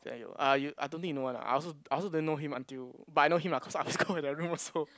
uh you I don't think you know one ah I also I also didn't know him until but I know him ah cause I always go in the room also